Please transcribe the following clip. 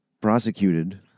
prosecuted